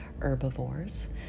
herbivores